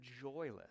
joyless